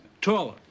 Taller